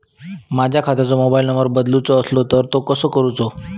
माझ्या खात्याचो mobile number बदलुचो असलो तर तो कसो करूचो?